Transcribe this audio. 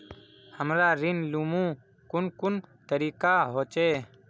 हमरा ऋण लुमू कुन कुन तरीका होचे?